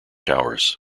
towers